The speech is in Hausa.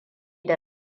da